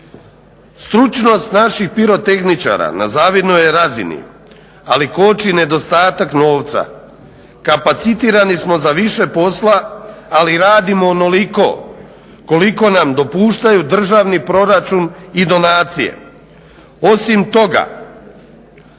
Stručnost naših pirotehničara na zavidnoj je razini ali koči nedostatak novca, kapacitirani smo za više posla ali radimo onoliko koliko nam dopuštaju državni proračun i donacije. Osim toga,